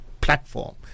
platform